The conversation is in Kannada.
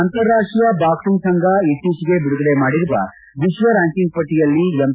ಅಂತಾರಾಷ್ಷೀಯ ಬಾಕ್ಸಿಂಗ್ ಸಂಘ ಇತ್ತೀಚಿಗೆ ಬಿಡುಗಡೆ ಮಾಡಿರುವ ವಿಶ್ವ ರ್ಕಾಂಕಿಂಗ್ ಪಟ್ಟಯಲ್ಲಿ ಎಮ್